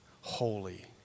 Holy